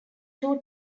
two